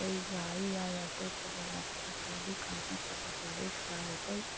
ओहि गाड़ी या ऑटोके व्यवस्था कऽ दी कहाँ से पकड़े के होतै